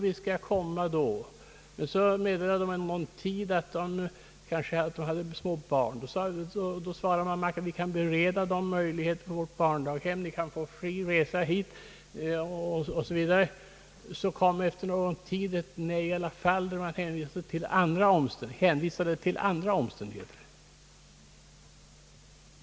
En del lovade att komma i tjänst, men meddelade om någon tid att det blev svårigheter därför att de hade småbarn. Då svarade sjukhusledningen, att barnen kunde beredas plats på barndaghem och att vederbörande skulle få fria resor till arbetsplatsen o.s.v. Så kom efter någon tid ett nej i alla fall, där sköterskorna hänvisade till andra omständigheter.